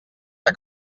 que